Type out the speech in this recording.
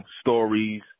stories